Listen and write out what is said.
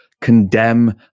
Condemn